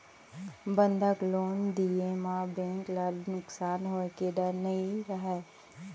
बंधक लोन दिये म बेंक ल नुकसान होए के डर नई रहय